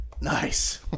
Nice